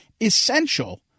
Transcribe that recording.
essential